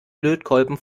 lötkolben